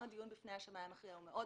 גם הדיון בפני השמאי המכריע הוא מאוד